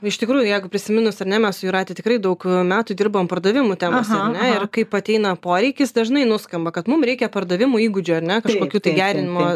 iš tikrųjų jeigu prisiminus ar ne mes su jūrate tikrai daug metų dirbom pardavimų temose ar ne ir kaip ateina poreikis dažnai nuskamba kad mum reikia pardavimų įgūdžių ar ne kažkokių tai gerinimo